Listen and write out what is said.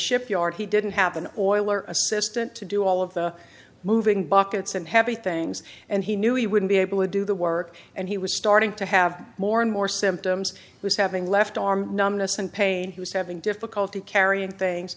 shipyard he didn't have an oiler assistant to do all of the moving buckets and heavy things and he knew he wouldn't be able to do the work and he was starting to have more and more symptoms was having left arm numbness and pain he was having difficulty carrying things